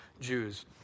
Jews